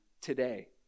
today